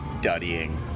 Studying